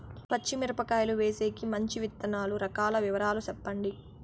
పచ్చి మిరపకాయలు వేసేకి మంచి విత్తనాలు రకాల వివరాలు చెప్పండి?